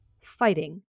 Fighting